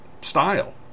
style